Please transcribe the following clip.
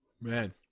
man